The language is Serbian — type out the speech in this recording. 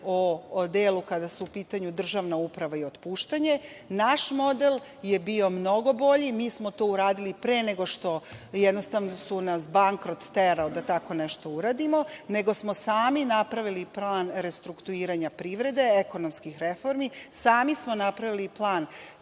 o delu kada je u pitanju državna uprava i otpuštanje. Naš model je bio mnogo bolji. Mi smo to uradili pre nego što, jednostavno nas je bankrot terao da tako da nešto uradimo, nego smo sami napravili plan restrukturiranja privrede, ekonomskih reformi. Sami smo napravili plan